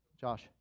Josh